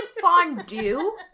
fondue